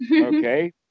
Okay